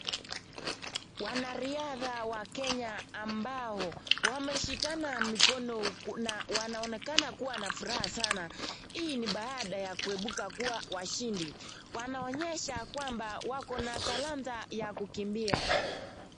Wanariadha wa kenya ambao wameshikana mikono na wanaonekana kuwa na furaha sana hii ni baada ya kuibiku kuwa washindi. Wanaonyesha kwamba wako na talanta ya kukimbia.